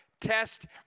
test